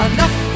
Enough